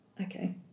okay